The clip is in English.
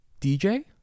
DJ